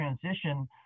transition